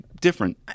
different